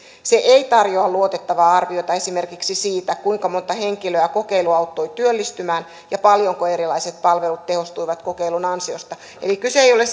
se ei tarjoa luotettavaa arviota esimerkiksi siitä kuinka monta henkilöä kokeilu auttoi työllistymään ja paljonko erilaiset palvelut tehostuivat kokeilun ansiosta eli kyse ei ole